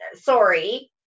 Sorry